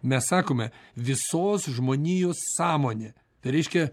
mes sakome visos žmonijos sąmonė reiškia